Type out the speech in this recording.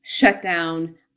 shutdown